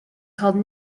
called